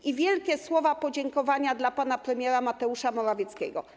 I wielkie słowa podziękowania dla pana premiera Mateusza Morawieckiego.